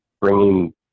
bringing